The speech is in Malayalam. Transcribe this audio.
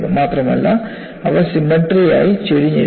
മാത്രമല്ല അവ സിമട്രിയായി ചരിഞ്ഞിരിക്കുന്നു